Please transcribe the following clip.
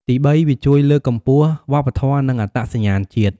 ទីបី វាជួយលើកកម្ពស់វប្បធម៌ និងអត្តសញ្ញាណជាតិ។